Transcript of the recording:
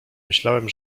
myślałem